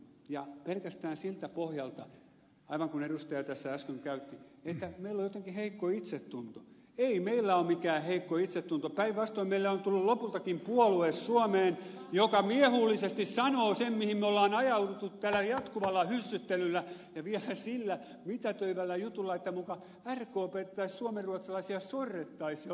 ja pelkästään siltä pohjalta aivan kuin edustaja tässä äsken käytti puheenvuoron että meillä on jotenkin heikko itsetunto ei meillä ole mikään heikko itsetunto päinvastoin meille on tullut lopultakin puolue suomeen joka miehuullisesti sanoo sen mihin me olemme ajautuneet tällä jatkuvalla hyssyttelyllä ja vielä sillä mitätöivällä jutulla että muka rkptä tai suomenruotsalaisia sorrettaisiin jotenkin